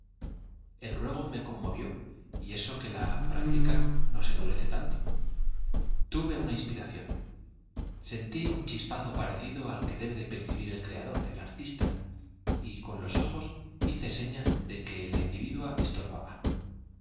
el ruego me conmovió yeso que la práctica nos endurece tanto tuve una inspiración sentí un chis al debe de percibir el creador el pazo parecido que individua artista y con los ojos hice seña de que la estorbaba